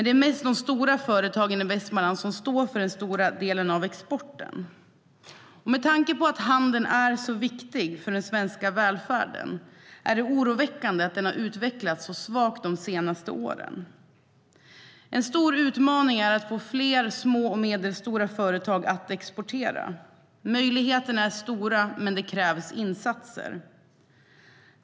Det är mest de stora företagen i Västmanland som står för den stora delen av exporten. En stor utmaning är att få fler små och medelstora företag att exportera. Möjligheterna är stora, men det krävs insatser.